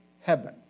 heaven